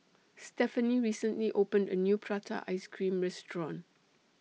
Stephany recently opened A New Prata Ice Cream Restaurant